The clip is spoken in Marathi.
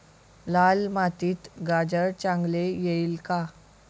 लाल मातीत गाजर चांगले येईल का?